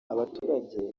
abaturage